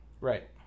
right